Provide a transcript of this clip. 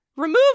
Remove